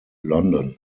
london